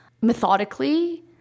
methodically